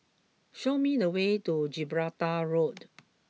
show me the way to Gibraltar Road